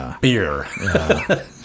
beer